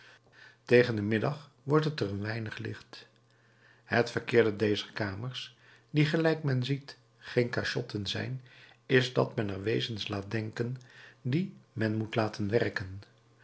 tegen den middag wordt het er een weinig licht het verkeerde dezer kamers die gelijk men ziet geen cachotten zijn is dat men er wezens laat denken die men moet laten werken